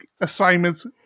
assignments